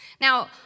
Now